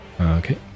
Okay